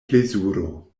plezuro